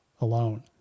alone